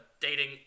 dating